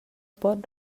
pot